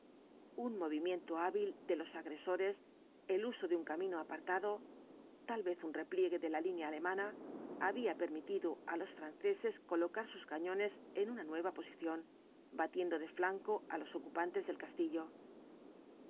un movimiento hábil de los agresores el uso de un camino apartado tal vez un repliegue de la línea alemana había permitido á los franceses colocar sus cañones en una nueva posición batiendo de flanco á los ocupantes del castillo